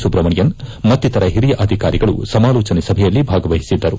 ಸುಬ್ರಮಣಿಯನ್ ಮತ್ತಿತರ ಹಿರಿಯ ಅಧಿಕಾರಿಗಳು ಸಮಾಲೋಚನೆ ಸಭೆಯಲ್ಲಿ ಭಾಗವಹಿಸಿದ್ದರು